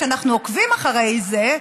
כשאנחנו עוקבים אחרי זה,